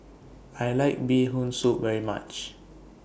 I like Bee Hoon Soup very much